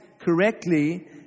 correctly